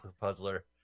Puzzler